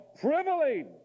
privilege